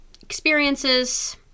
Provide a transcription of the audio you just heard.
experiences